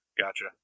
gotcha